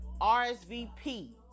RSVP